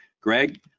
Greg